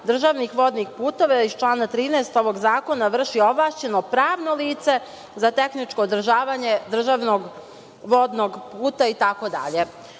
državnih vodnih puteva iz člana 13. ovog zakona vrši ovlašćeno pravno lice za tehničko održavanje državnog vodnog puta